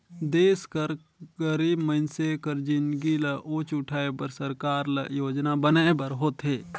देस कर गरीब मइनसे कर जिनगी ल ऊंच उठाए बर सरकार ल योजना बनाए बर होथे